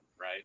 right